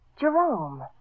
Jerome